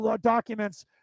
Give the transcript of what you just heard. documents